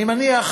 אני מניח,